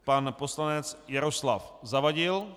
Pan poslanec Jaroslav Zavadil.